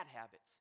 habits